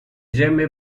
gemme